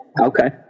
Okay